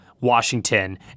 Washington